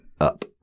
up